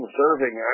serving